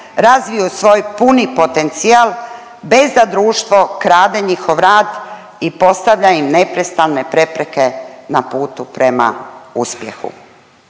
razviju svoj puni potencijal bez da društvo krade njihov rad i postavlja im neprestalne prepreke na putu prema uspjehu?